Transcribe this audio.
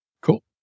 Cool